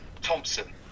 Thompson